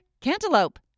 Cantaloupe